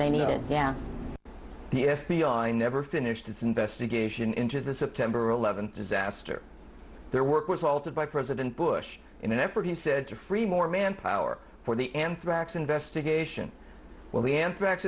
they needed yeah the f b i never finished its investigation into the september eleventh disaster their work was altered by president bush in an effort he said to free more manpower for the anthrax investigation well the anthrax